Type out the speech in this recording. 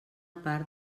part